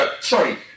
sorry